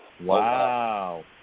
Wow